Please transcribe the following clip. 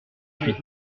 huit